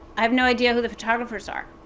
i have no idea who the photographers are.